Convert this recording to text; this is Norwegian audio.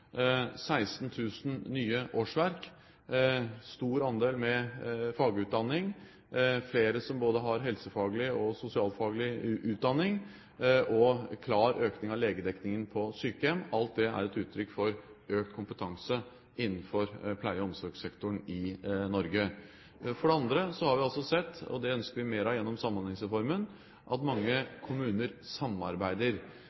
nye årsverk – en stor andel med fagutdanning, flere med både helsefaglig og sosialfaglig utdanning – og en klar økning av legedekningen på sykehjem. Alt dette er et klart uttrykk for økt kompetanse innenfor pleie- og omsorgssektoren i Norge. For det andre har vi altså sett – og det ønsker vi mer av gjennom Samhandlingsreformen – at